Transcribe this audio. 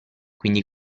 quindi